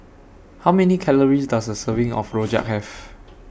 How Many Calories Does A Serving of Rojak Have